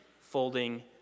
folding